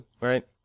right